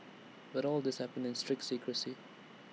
but all this happened in strict secrecy